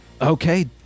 Okay